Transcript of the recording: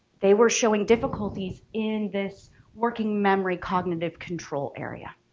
they were showing difficulties in this working memory cognitive control area.